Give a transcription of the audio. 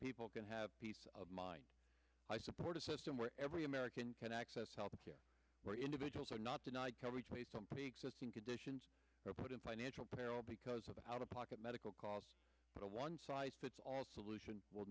people can have peace of mind i support a system where every american can access health care where individuals are not denied coverage based on preexisting conditions or put in financial peril because of out of pocket medical costs but a one size fits all solution will